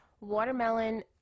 Watermelon